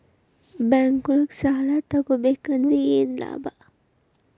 ಬ್ಯಾಂಕ್ನೊಳಗ್ ಸಾಲ ತಗೊಬೇಕಾದ್ರೆ ಏನ್ ಲಾಭ?